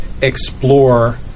explore